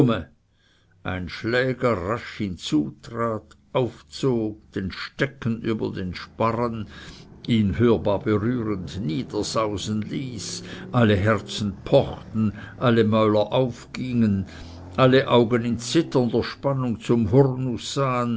ein schläger rasch hinzutrat aufzog den stecken über den sparren ihn hörbar berührend niedersausen ließ alle herzen pochten alle mäuler aufgingen alle augen in zitternder spannung zum